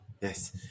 yes